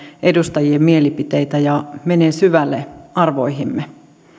edustajien mielipiteitä ja menee syvälle arvoihimme